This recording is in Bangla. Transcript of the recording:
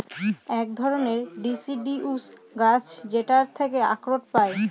এক ধরনের ডিসিডিউস গাছ যেটার থেকে আখরোট পায়